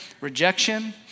rejection